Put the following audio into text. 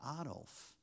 Adolf